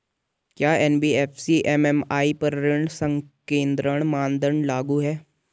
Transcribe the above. क्या NBFC MFI पर ऋण संकेन्द्रण मानदंड लागू हैं?